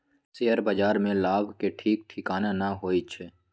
share बाजार में लाभ के ठीक ठिकाना न होइ छइ